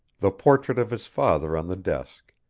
the portrait of his father on the desk,